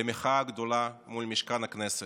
למחאה הגדולה מול משכן הכנסת.